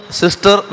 sister